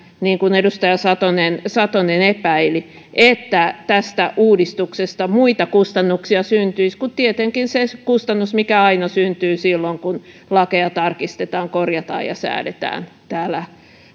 niin kuin edustaja satonen satonen epäili että tästä uudistuksesta muita kustannuksia syntyisi kuin tietenkin se se kustannus mikä syntyy aina silloin kun lakeja tarkistetaan korjataan ja säädetään täällä